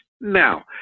Now